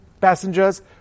passengers